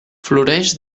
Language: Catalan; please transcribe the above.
floreix